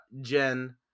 jen